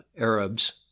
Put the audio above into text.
Arabs